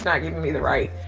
and giving me the right,